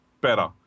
better